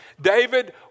David